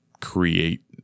create